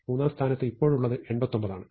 മൂന്നാം സ്ഥാനത്ത് ഇപ്പോഴുള്ളത് 89 ആണ്